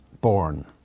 born